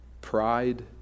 Pride